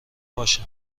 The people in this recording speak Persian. باشه